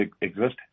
exist